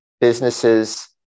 businesses